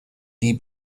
die